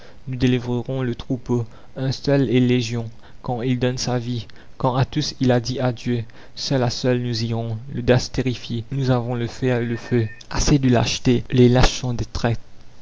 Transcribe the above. délivrerons le troupeau un seul est légion quand il donne sa vie quand à tous il a dit adieu seul à seul nous irons l'audace terrifie nous avons le fer et le feu assez de lâchetés les lâches sont des traîtres